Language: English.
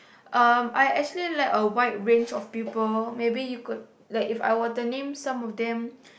um I actually like a wide range of people maybe you could like If I were to name some of them